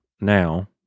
now